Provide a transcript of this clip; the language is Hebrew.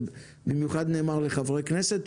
זה נאמר במיוחד לחברי כנסת.